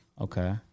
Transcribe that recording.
Okay